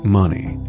money.